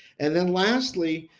and then lastly,